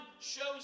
shows